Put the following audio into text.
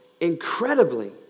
incredibly